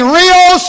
real